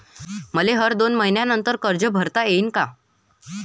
मले हर दोन मयीन्यानंतर कर्ज भरता येईन का?